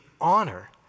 honor